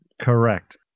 Correct